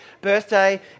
birthday